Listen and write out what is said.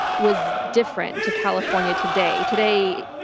was different to california today. today,